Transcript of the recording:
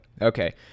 Okay